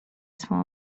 swą